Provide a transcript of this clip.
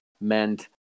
meant